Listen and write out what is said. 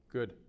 Good